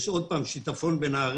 יש עוד פעם שיטפון בנהריה,